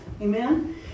Amen